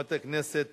חברת הכנסת